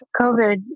COVID